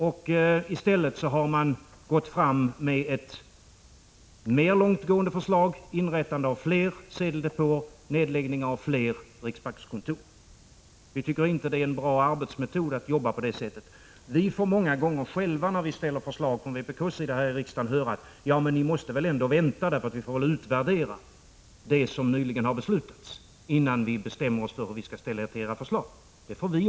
I stället har man lagt fram ett mer långtgående förslag, som innebär inrättande av fler sedeldepåer och nedläggning av ytterligare riksbankskontor. Vi tycker inte att det är en bra arbetsmetod att jobba på det sättet. När vi från vpk:s sida väcker förslag här i riksdagen får vi många gånger höra: Ni måste vänta, så att vi får utvärdera det som nyligen har beslutats innan vi bestämmer oss för hur vi skall ställa oss till era förslag.